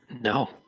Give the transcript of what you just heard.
No